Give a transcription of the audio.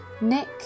Nick